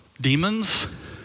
Demons